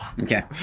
okay